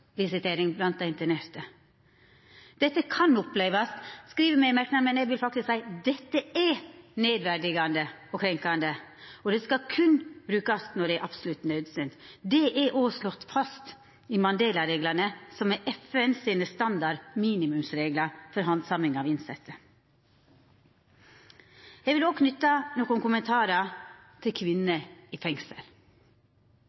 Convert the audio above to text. dei internerte. Dette kan opplevast – skriv me i merknadene, men eg vil faktisk òg seia at dette er – nedverdigande og krenkjande, og det skal berre brukast når det er absolutt naudsynt. Det er òg slått fast i Mandela-reglane, som er FNs standard minimumsreglar for handsaming av innsette. Eg vil òg knyta nokre kommentarar til kvinner